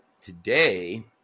today